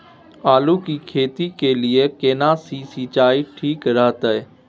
आलू की खेती के लिये केना सी सिंचाई ठीक रहतै?